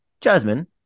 Jasmine